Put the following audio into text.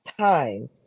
time